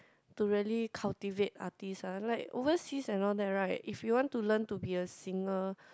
to really cultivate artist ah like overseas and all that right if you want to learn to be a singer